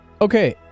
okay